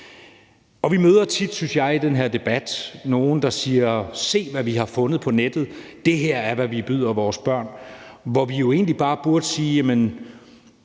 Vi møder tit, synes jeg, i den her debat nogle, der siger: Se, hvad vi har fundet på nettet. Det her er, hvad vi byder vores børn – hvor vi jo egentlig bare burde sige: Jamen